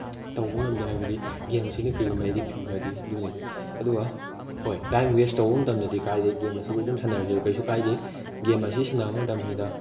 ꯇꯧꯕ ꯉꯝꯗꯦ ꯍꯥꯏꯕꯗꯤ ꯒꯦꯝ ꯑꯁꯤꯅ ꯀꯔꯤꯒꯨꯝꯕ ꯑꯦꯗꯤꯛ ꯆꯨꯈ꯭ꯔꯗꯤ ꯑꯗꯨꯅꯤ ꯑꯗꯨꯒ ꯍꯣꯏ ꯇꯥꯏꯝ ꯋꯦꯁ ꯇꯧꯕ ꯃꯇꯝꯗꯗꯤ ꯀꯥꯏꯗꯩ ꯒꯦꯝ ꯑꯁꯤ ꯑꯗꯨꯝ ꯁꯥꯟꯅꯒꯤꯕ ꯀꯩꯁꯨ ꯀꯥꯏꯗꯦ ꯒꯦꯝ ꯑꯁꯤ ꯁꯥꯟꯅꯕ ꯃꯇꯝꯁꯤꯗ